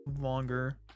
longer